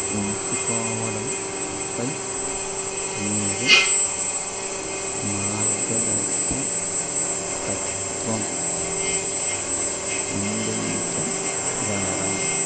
ఎంచుకోవడంపై మీరు మార్గాదర్శకత్వం అందించగలరా